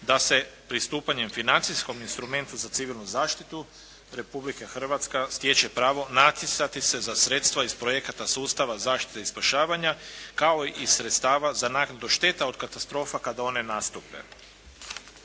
da se pristupanjem financijskom instrumentu za civilnu zaštitu Republika Hrvatska stječe pravo natjecati se za se za sredstva iz projekata sustava zaštite i spašavanja kao i sredstava za naknadu šteta od katastrofa kada one nastupe.